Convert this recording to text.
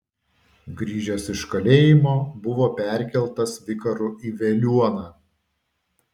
grįžęs iš kalėjimo buvo perkeltas vikaru į veliuoną